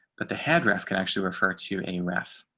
but the headdress can actually refer to a ref